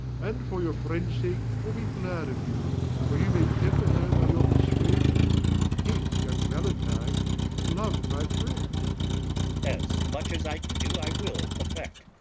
and, for your friend's sake, will be glad of you where you may temper her by your persuasion to hate young valentine and love my friend as much as i can do i will effect.